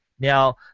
Now